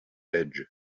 edge